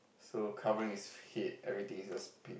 so covering his head everything is just pink